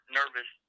nervous